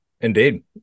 Indeed